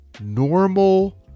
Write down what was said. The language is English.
normal